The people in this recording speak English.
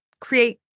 create